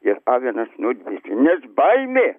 ir avinas nudvėsė nes baimė